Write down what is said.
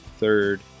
Third